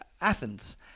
Athens